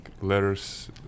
letters